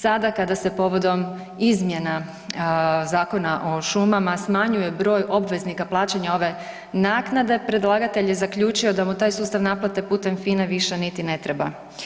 Sada kada se povodom izmjena Zakona o šumama smanjuje broj obveznika plaćanja ove naknade, predlagatelj je zaključio da mu taj sustav naplate putem FINA-e više niti ne treba.